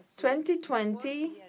2020